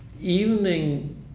evening